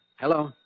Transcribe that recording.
Hello